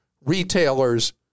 retailers